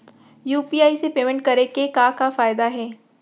UPI से payment करे के का का फायदा हे?